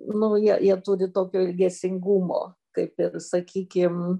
nu jie jie turi tokio ilgesingumo kaip ir sakykim